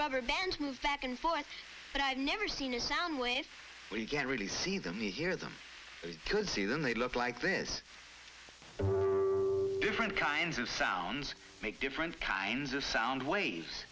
rubber bands move back and forth but i've never seen a sound when you can really see them the hear them could see them they look like this different kinds of sounds make different kinds of sound wa